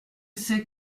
c’est